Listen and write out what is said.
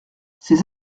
ces